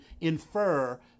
infer